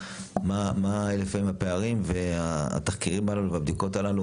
מה לפעמים הפערים והתחקירים הללו והבדיקות הללו,